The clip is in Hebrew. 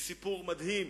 וקורא להם סיפור מדהים